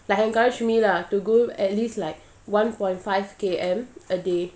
like encourage me lah to go at least like one point five K_M a day